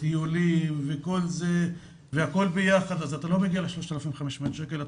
טיולים הכול ביחד זה לא 3,500 שקל,